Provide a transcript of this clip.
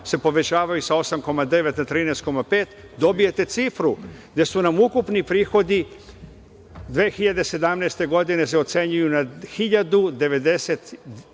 povećavaju i sa 8,9 na 13,5, dobijete cifru gde su ukupni prihodi 2017. godine se ocenjuju na 1.093